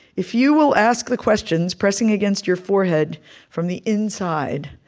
if you will ask the questions pressing against your forehead from the inside,